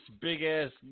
big-ass